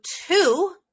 two